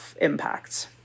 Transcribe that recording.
impacts